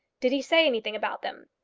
did he say anything about them?